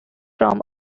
from